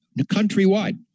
countrywide